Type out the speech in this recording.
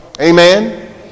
Amen